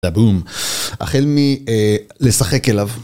בום החל מלשחק אליו.